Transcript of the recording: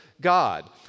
God